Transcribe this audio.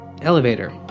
elevator